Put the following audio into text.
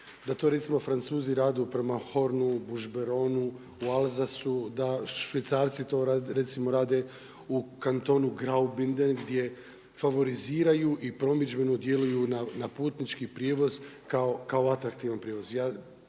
da to recimo Francuzi rade prema … /Govornik se ne razumije./ … u Elzasu, da Švicarci to recimo rade u kantonu Graubünden gdje favoriziraju i promidžbeno djeluju na putnički prijevoz kao atraktivan prijevoz